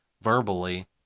verbally